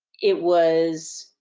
it was,